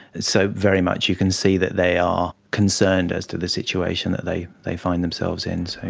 so, very much you can see that they are concerned as to the situation that they they find themselves in.